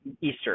Easter